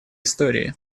истории